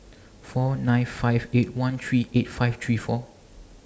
four nine five eight one three eight five three four